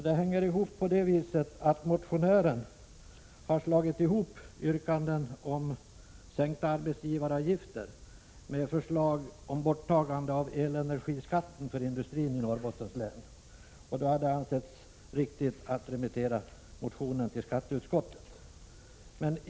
Det hänger ihop med att motionären har slagit ihop yrkanden om sänkta arbetsgivaravgifter med förslag om borttagande av elenergiskatten för industrin i Norrbottens län. Det har då ansetts riktigt att remittera motionen till skatteutskottet.